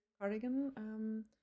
cardigan